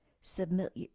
submit